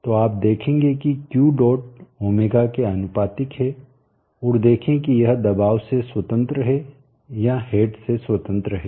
तो आप देखेंगे कि Q डॉट ω के आनुपातिक है और देखे कि यह दबाव से स्वतंत्र है या हेड से स्वतंत्र है